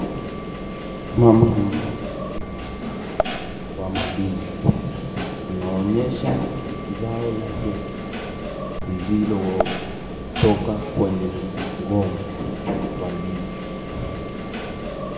Mama huyu ni mkulima wa mandizi. Anaonyesha zao lake lililotoka kwenye mgomba wa ndizi.